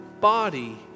body